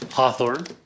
Hawthorne